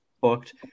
booked